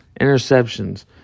interceptions